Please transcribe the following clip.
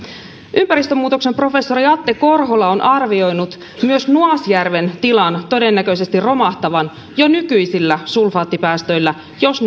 ympäristömuutoksen professori atte korhola on arvioinut myös nuasjärven tilan todennäköisesti romahtavan jo nykyisillä sulfaattipäästöillä jos